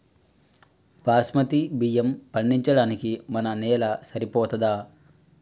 బాస్మతి బియ్యం పండించడానికి మన నేల సరిపోతదా?